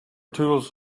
tools